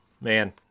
man